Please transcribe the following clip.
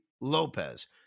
Lopez